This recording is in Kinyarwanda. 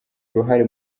uruhare